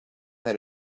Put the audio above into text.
that